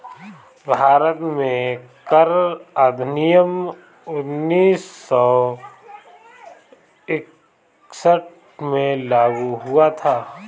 भारत में कर अधिनियम उन्नीस सौ इकसठ में लागू हुआ था